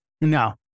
No